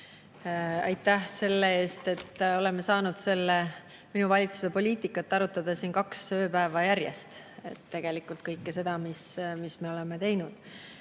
aitäh selle eest, et oleme siin saanud minu valitsuse poliitikat arutada kaks ööpäeva järjest, kõike seda, mis me oleme teinud.